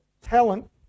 talent